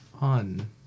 On